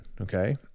Okay